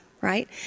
right